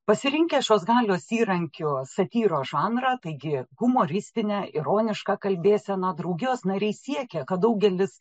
pasirinkę šios galios įrankiu satyros žanrą taigi humoristinę ironišką kalbėseną draugijos nariai siekė kad daugelis